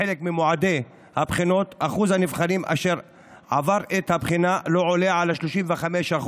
בחלק ממועדי הבחינות אחוז הנבחנים שעבר את הבחינה לא עולה על 35%,